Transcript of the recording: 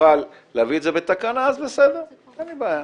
יוכל להביא את זה בתקנה, אז בסדר, אין לי בעיה.